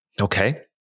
Okay